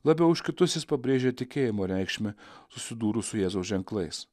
labiau už kitus jis pabrėžia tikėjimo reikšmę susidūrus su jėzaus ženklais